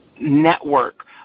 network